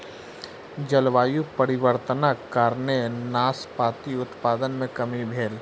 जलवायु परिवर्तनक कारणेँ नाशपाती उत्पादन मे कमी भेल